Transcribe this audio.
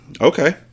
okay